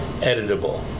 editable